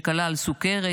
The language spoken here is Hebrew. שכלל סוכרת,